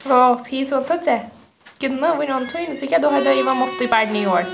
fees اوٚنتھو ژ ےٚ کِنہٕ نہٕ وُنہِ اوٚنتھٕے نہٕ ژٕ کیٛاہ دۄہے یِوان مُفتٕے پَرنہِ یور